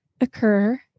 occur